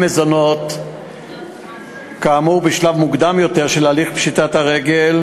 מזונות כאמור בשלב מוקדם יותר של הליך פשיטת הרגל,